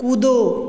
कूदो